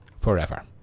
forever